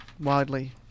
widely